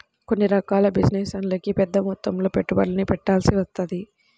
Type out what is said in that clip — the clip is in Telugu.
కొన్ని రకాల బిజినెస్లకి పెద్దమొత్తంలో పెట్టుబడుల్ని పెట్టాల్సి వత్తది